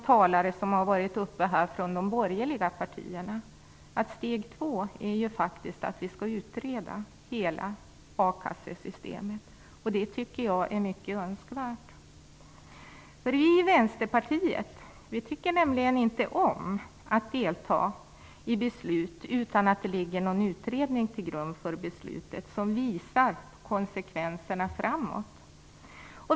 Talarna från de borgerliga partierna har förtigit att steg två är att utreda hela a-kassesystemet. Det är önskvärt. Vi i Vänsterpartiet tycker inte om att delta i beslut utan att det ligger någon utredning till grund för beslutet som visar konsekvenserna framåt.